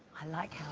i like how